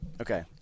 Okay